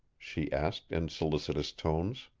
she asked in solicitous tones.